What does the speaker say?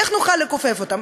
איך נוכל לכופף אותם?